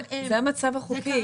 זה המצב החוקי.